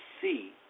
see